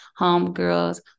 homegirls